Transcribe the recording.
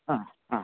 हा हा